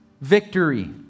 victory